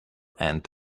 and